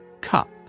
cup